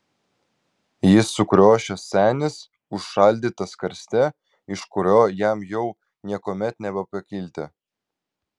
jis sukriošęs senis užšaldytas karste iš kurio jam jau niekuomet nebepakilti